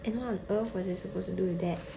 and what on earth was I supposed to do with that